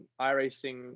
iRacing